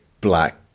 black